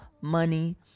money